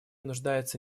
нуждается